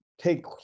take